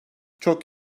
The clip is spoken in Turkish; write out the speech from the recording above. çok